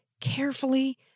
carefully